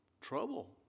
trouble